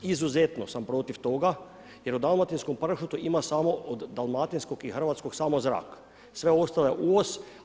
Izuzetno sam protiv toga jer o dalmatinskom pršutu ima samo o dalmatinskog i hrvatskog samo zrak, sve ostalo je uvoz.